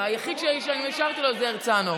היחיד שאישרתי לו זה הרצנו.